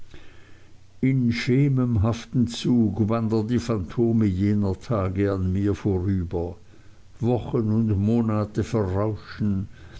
in schemenhaftem zug wandern die phantome jener tage an mir vorüber wochen und monate verrauschen